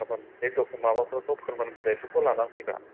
गाबोन बे डकुमेन्ट माबाफोरखौ फोरमान बिलाइफोरखौ लाना फैफा